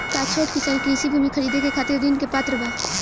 का छोट किसान कृषि भूमि खरीदे के खातिर ऋण के पात्र बा?